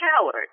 coward